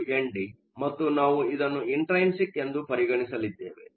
1 ND ಮತ್ತು ನಾವು ಇದನ್ನು ಇಂಟ್ರೈನ್ಸಿಕ್ ಎಂದು ಪರಿಗಣಿಸಲಿದ್ದೇವೆ